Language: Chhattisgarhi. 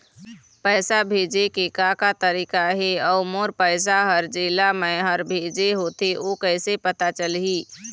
पैसा भेजे के का का तरीका हे अऊ मोर पैसा हर जेला मैं हर भेजे होथे ओ कैसे पता चलही?